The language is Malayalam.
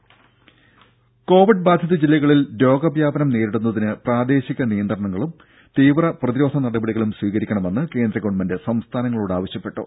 രുദ കോവിഡ് ബാധിത ജില്ലകളിൽ രോഗ വ്യാപനം നേരിടുന്നതിന് പ്രാദേശിക നിയന്ത്രണങ്ങളും തീവ്ര പ്രതിരോധ നടപടികളും സ്വീകരിക്കണമെന്ന് കേന്ദ്ര ഗവൺമെന്റ് സംസ്ഥാനങ്ങളോട് ആവശ്യപ്പെട്ടു